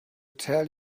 tell